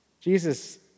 Jesus